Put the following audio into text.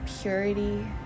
purity